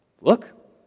look